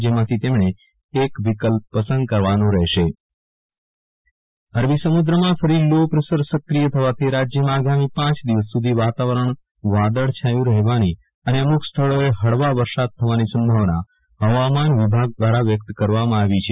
જેમાંથી તેમણે એક વિકલ્પ પસંદ કરવાનો રહેશે વિરલ રાણા ક્યાર વાવાઝોડુ અરબી સમુદ્રમ ફરી લો પ્રેસર સક્રિય થવાથી રાજયમાં આગામી પાંચ દિવસ સુધી વાતાવરણ વાદળછાયુ રહેવાની અને અમુક સ્થળોએ હળવા વરસા થવાની સંભાવના હવામાન વિભાગ દ્રારા વ્યક્ત કરવામાં આવી છે